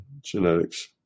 genetics